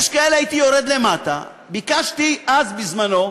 יש כאלה, הייתי יורד למטה, ביקשתי אז, בזמני,